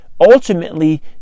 ultimately